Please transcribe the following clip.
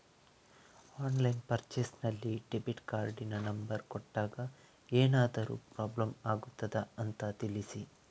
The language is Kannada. ಆನ್ಲೈನ್ ಪರ್ಚೇಸ್ ನಲ್ಲಿ ಡೆಬಿಟ್ ಕಾರ್ಡಿನ ನಂಬರ್ ಕೊಟ್ಟಾಗ ಏನಾದರೂ ಪ್ರಾಬ್ಲಮ್ ಆಗುತ್ತದ ಅಂತ ತಿಳಿಸಿ?